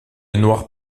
noir